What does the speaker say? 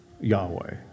Yahweh